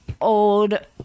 old